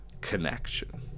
Connection